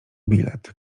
bilet